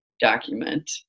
document